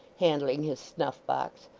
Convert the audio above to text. handling his snuff-box,